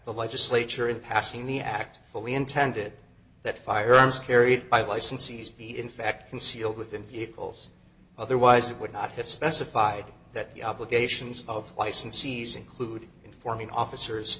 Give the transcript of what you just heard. the legislature in passing the act fully intended that firearms carried by licensees be in fact concealed within vehicles otherwise it would not have specified that the obligations of licensees include informing officers